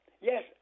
Yes